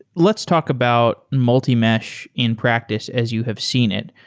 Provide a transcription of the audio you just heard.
let's talk about multi-mesh in practice as you have seen it.